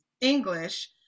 English